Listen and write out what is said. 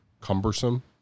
cumbersome